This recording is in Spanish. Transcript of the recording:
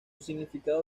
significado